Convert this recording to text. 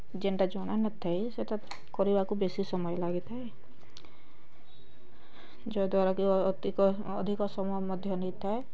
ଯେଣ୍ଟା ଜଣା ନଥାଇ ସେଇଟା କରିବାକୁ ବେଶୀ ସମୟ ଲାଗିଥାଏ ଯଦ୍ଵାରା କି ଅଧିକ ସମୟ ନେଇଥାଏ